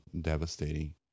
devastating